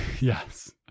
yes